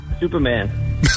Superman